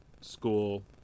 school